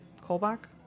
Kolbach